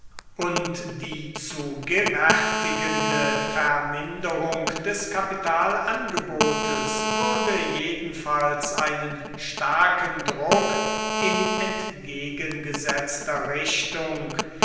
und die zu gewärtigende verminderung des kapitalangebotes würde jedenfalls einen starken druck in entgegengesetzter richtung